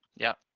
yeah.